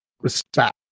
respect